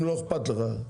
אם לא אכפת לך.